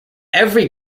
every